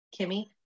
Kimmy